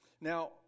Now